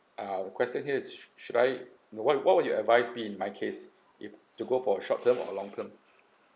uh question here is should should I w~ what would you advise me in my case if to go for a short term or long term